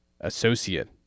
associate